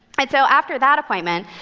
and so after that appointment,